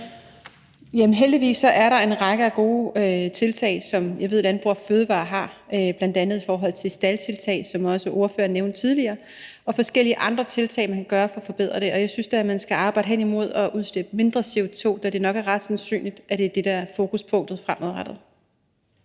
heldigvis er der en række af gode tiltag, som jeg ved Landbrug & Fødevarer har, bl.a. i forhold til staldtiltag, som også ordføreren nævnte tidligere, og forskellige andre tiltag, man kan gøre for at forbedre det. Jeg synes da, man skal arbejde hen imod at udslippe mindre CO2, da det nok er ret sandsynligt, at det er det, der er fokuspunktet fremadrettet.